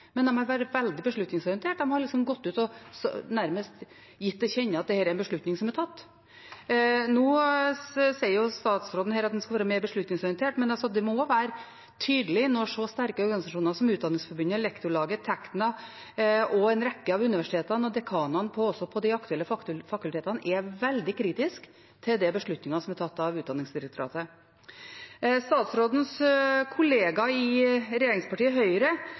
men de har vært veldig beslutningsorienterte. De har gått ut og nærmest gitt til kjenne at dette er beslutninger som er tatt. Nå sier statsråden her at en skal være mer beslutningsorientert, men det må være tydelig når så sterke organisasjoner som Utdanningsforbundet, Lektorlaget, Tekna og en rekke av universitetene og også dekanene på de aktuelle fakultetene er veldig kritiske til de beslutningene som er tatt av Utdanningsdirektoratet. Statsrådens kollega i regjeringspartiet Høyre